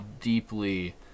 deeply